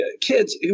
kids